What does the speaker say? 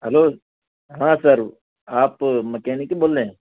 hello ہاں sir آپ mechanic کے بول رہیں